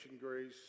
grace